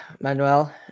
Manuel